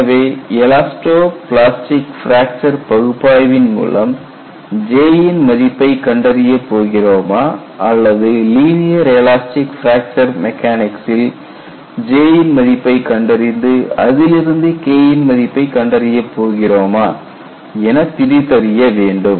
எனவே elasto plastic fracture பகுப்பாய்வின் மூலம் J ன் மதிப்பை கண்டறிய போகிறோமா அல்லது லீனியர் எலாஸ்டிக் பிராக்சர் மெக்கானிக்சில் J யின் மதிப்பை கண்டறிந்து அதிலிருந்து K யின் மதிப்பை கண்டறிய போகிறோமா என பிரித்தறிய வேண்டும்